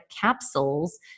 capsules